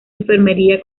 enfermería